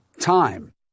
time